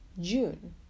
june